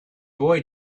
boy